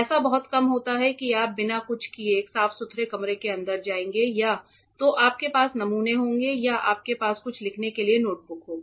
ऐसा बहुत कम होता है कि आप बिना कुछ लिए एक साफ सुथरे कमरे के अंदर जाएंगे या तो आपके पास नमूने होंगे या आपके पास कुछ लिखने के लिए नोटबुक होगी